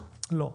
לא.